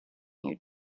you